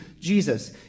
Jesus